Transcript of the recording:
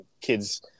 kids